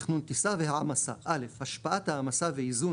תכנון טיסה והעמסה - השפעת העמסה ואיזון